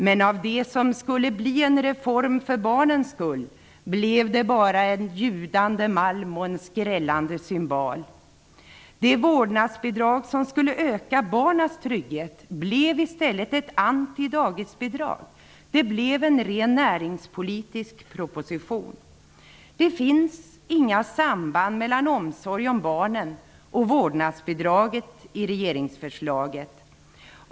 Men av det som skulle bli en reform för barnens skull blev det bara en ljudande malm och en skrällande symbal. Det vårdnadsbidrag som skulle öka barnens trygghet blev i stället et ''antidagisbidrag''. Det blev en ren näringspolitisk proposition. Det finns inga samband mellan omsorg om barnen och vårdnadsbidraget i regeringsförslaget.